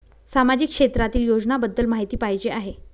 सामाजिक क्षेत्रातील योजनाबद्दल माहिती पाहिजे आहे?